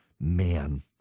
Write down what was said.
man